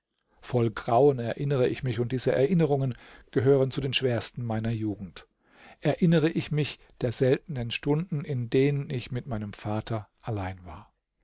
voll grauen erinnere ich mich und diese erinnerungen gehören zu den schwersten meiner jugend erinnere ich mich der seltenen stunden in denen ich mit meinem vater allein war